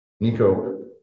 Nico